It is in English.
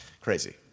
Crazy